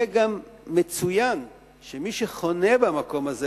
יהיה גם מצוין שמי שחונה במקום הזה